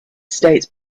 states